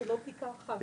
זו לא בדיקה אחת.